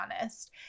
honest